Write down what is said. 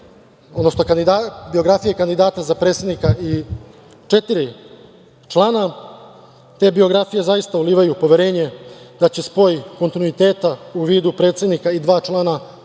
imamo biografije kandidata za predsednika i četiri člana. Te biografije zaista ulivaju poverenje da će spoj kontinuiteta u vidu predsednika i dva člana u reizboru,